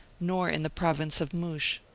nor in the province of moush.